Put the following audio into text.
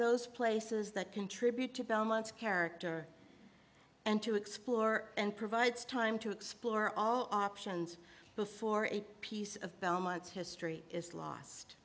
those places that contribute to belmont character and to explore and provides time to explore all options before a piece of belmont's history is lost